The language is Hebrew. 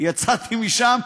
יצאתי משם,